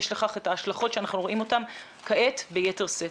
יש לכך את ההשלכות שאנחנו רואים אותן כעת ביתר שאת.